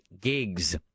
gigs